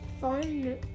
fun